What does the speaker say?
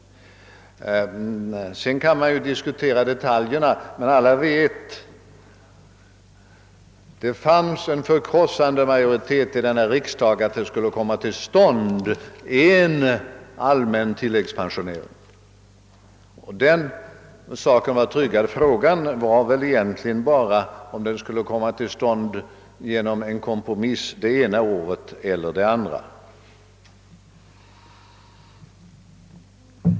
Sedan kan man ju diskutera detaljerna, men alla vet att det 1958—1959 fanns en förkrossande majoritet i riksdagen för att en allmän tilläggspensionering skulle komma till stånd, så den saken var tryggad. Frågan var egentligen bara, om den skulle komma till stånd det ena året eller genom en kompromiss det följande.